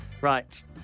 Right